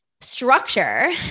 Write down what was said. Structure